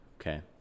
Okay